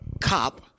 cop